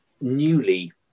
newly